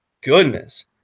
goodness